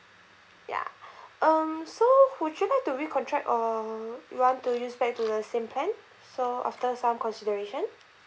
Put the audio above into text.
ya um so would you like to recontract or you want to use back to the same plan so after some consideration